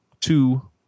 two